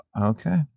Okay